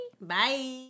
Bye